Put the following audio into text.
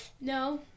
No